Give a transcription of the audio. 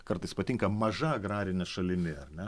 kartais patinka maža agrarine šalimi ar ne